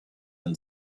and